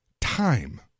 time